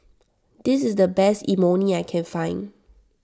this is the best Imoni I can find